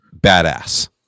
Badass